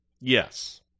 Yes